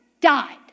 died